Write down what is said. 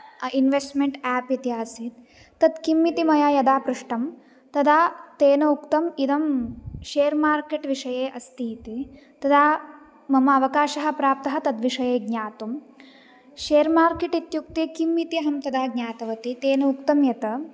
investment app इति आसीत् तद् किम् इति मया यदा पृष्टं तदा तेन उक्तं इदं शेर् मार्केट् विषये अस्ति इति तदा मम अवकाशः प्राप्तः तद्विषये ज्ञातुं शेर् मार्केट् इत्युक्ते किम् इति अहं तदा ज्ञातवती तेन उक्तं यद्